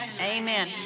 Amen